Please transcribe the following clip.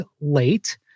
late